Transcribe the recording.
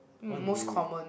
what knew it